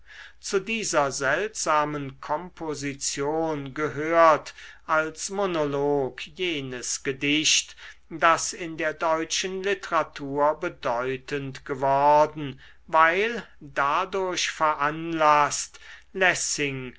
zu dieser seltsamen komposition gehört als monolog jenes gedicht das in der deutschen literatur bedeutend geworden weil dadurch veranlaßt lessing